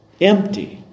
empty